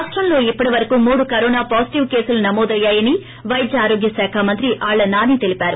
రాష్టంలో ఇప్పటి వరకూ మూడు కరోనా పాజిటివ్ కేసులు నమోదయ్యాయని పైద్య ఆరోగ్య శాఖ మంత్రి ఆర్ల నాన్ తెలిపారు